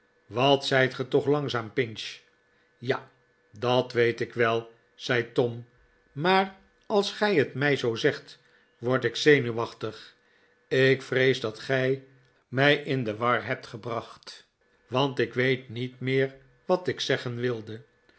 wat zijt ge toch langzaam pinch ja dat weet ik wel zei tom maar als gij het mij zoo zegt word ik zenuwachtig ik vrees dat gij mij in de war hebt gehracht want ik weet niet meer wat ik zeggen wilde